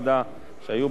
כולל דיון לילי.